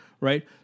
right